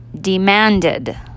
Demanded